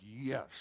yes